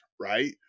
right